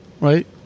right